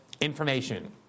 Information